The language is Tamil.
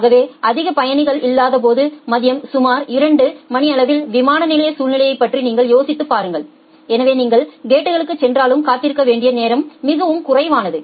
ஆகவே அதிக பயணிகள் இல்லாத போது மதியம் சுமார் 2 PM மணியளவில் விமான நிலைய சூழ்நிலையைப் பற்றி நீங்கள் யோசித்துப் பாருங்கள் எனவே நீங்கள் கேட்களுக்கு சென்றாலும் காத்திருக்க வேண்டிய நேரம் மிகவும் குறைவானது